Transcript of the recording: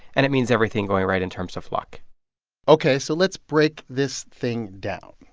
and it means everything going right in terms of luck ok, so let's break this thing down.